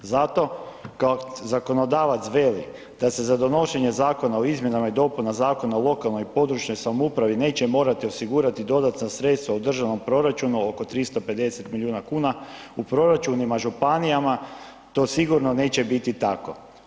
Zato kao zakonodavac veli, da se za donošenje Zakona o izmjenama i dopunama Zakona o lokalnoj i područnoj samoupravi neće morati osigurati dodatna sredstva u državnom proračunu, oko 350 milijuna kuna, u proračunima županija to sigurno neće biti tako.